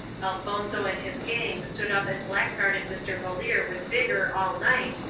elfonzo and his gang stood up and black-guarded mr. valeer with vigor all night,